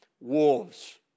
wolves